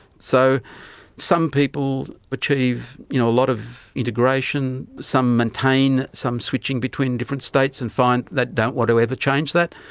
so some people achieve you know a lot of integration, some maintain, some switching between different states and find they don't want to ever change that.